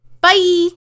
Bye